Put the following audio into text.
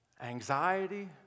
anxiety